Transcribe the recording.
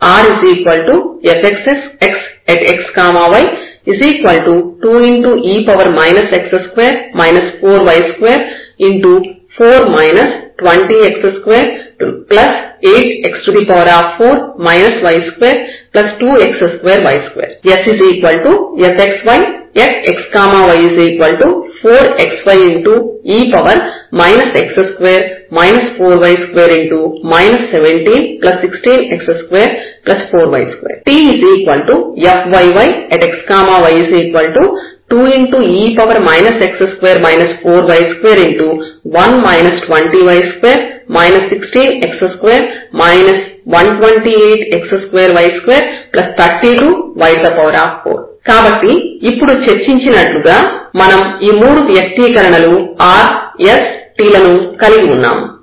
rfxxxy2e x2 4y24 20x28x4 y22x2y2 sfxyxy4xye x2 4y2 1716x24y2 tfyyxy2e x2 4y21 20y2 16x2 128x2y232y4 కాబట్టి ఇప్పుడు చర్చించినట్లుగా మనం ఈ మూడు వ్యక్తీకరణలు r s t లను కలిగి ఉన్నాము